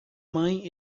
mãe